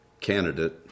candidate